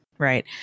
Right